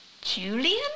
Julian